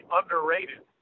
underrated